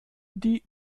die